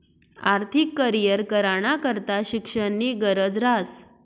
आर्थिक करीयर कराना करता शिक्षणनी गरज ह्रास